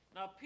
Now